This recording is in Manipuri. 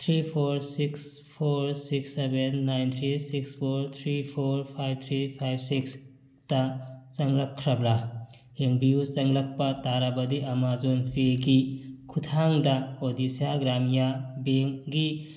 three four six four six seven nine three six four three four five three five six ꯇ ꯆꯪꯂꯛꯈ꯭ꯔꯕ꯭ꯔꯥ ꯌꯦꯡꯕꯤꯌꯨ ꯆꯪꯂꯛꯄ ꯇꯥꯔꯕꯗꯤ ꯑꯃꯥꯖꯣꯟ ꯄꯦꯒꯤ ꯈꯨꯊꯥꯡꯗ ꯑꯣꯗꯤꯁꯥ ꯒ꯭ꯔꯥꯃꯤꯌꯥ ꯕꯦꯡꯒꯤ